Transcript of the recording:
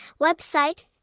website